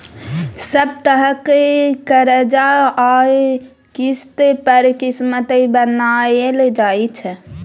सब तरहक करजा आ किस्त पर किस्त बनाएल जाइ छै